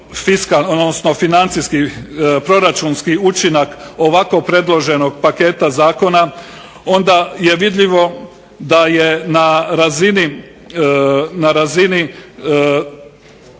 financijski proračunski učinak ovako predloženog paketa zakona, onda je vidljivo da je na razini